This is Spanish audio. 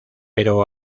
pero